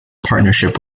partnership